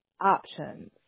options